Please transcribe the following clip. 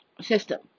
system